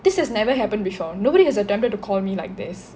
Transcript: this has never happened before nobody has attempted to call me like this